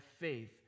faith